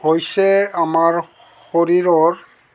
হৈছে আমাৰ শৰীৰৰ